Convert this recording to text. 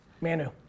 Manu